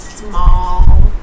Small